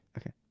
Okay